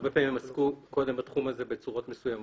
הרבה פעמים הם עסקו קודם לכן בתחום זה בצורות מסוימות,